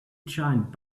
giant